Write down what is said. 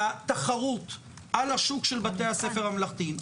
בתחרות על השוק של בתי הספר הממלכתיים.